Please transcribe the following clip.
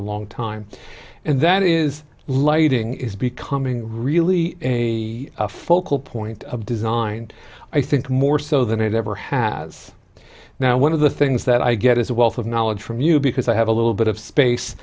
a long time and that is lighting is becoming really a focal point of design i think more so than it ever has now one of the things that i get is a wealth of knowledge from you because i have a little bit of space